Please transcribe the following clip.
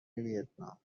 ویتنام